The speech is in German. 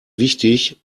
wichtig